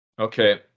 Okay